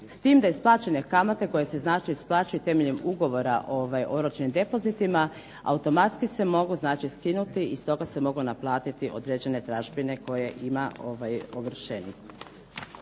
s tim da isplaćene kamate koje se isplaćuju temeljem ugovora o oročenim depozitima automatski se mogu skinuti i stoga se mogu naplatiti određene tražbine koje ima ovršenik.